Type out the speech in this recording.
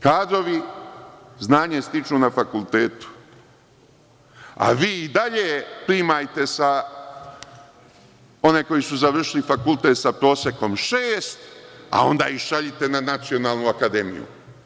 Kadrovi znanje stiču na fakultetu, a vi i dalje primajte one koji su završili fakultet sa prosekom šest, a onda ih šaljite na Nacionalnu akademiju.